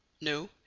No